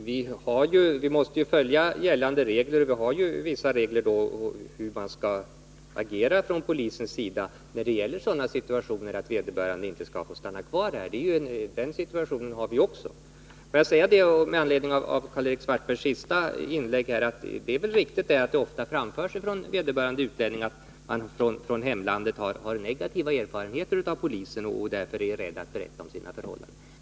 Herr talman! Vi måste ju följa gällande regler, och det finns vissa regler för hur man från polisens sida skall agera när det gäller sådana situationer där vederbörande inte skall få stanna kvar här — den situationen har vi ju också. Jag vill säga med anledning av Karl-Erik Svartbergs senaste inlägg att det är riktigt att det ofta framförs från vederbörande utlänning att han från hemlandet har negativa erfarenheter av polisen och att han därför är rädd att berätta om sina förhållanden.